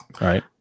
right